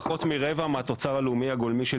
פחות מ-0.25% מהתוצר הלאומי הגולמי של